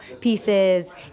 pieces